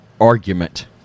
argument